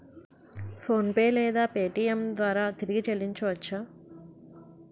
PhonePe లేదా Paytm ద్వారా తిరిగి చల్లించవచ్చ?